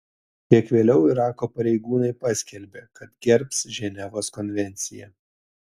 kiek vėliau irako pareigūnai paskelbė kad gerbs ženevos konvenciją